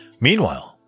Meanwhile